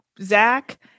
Zach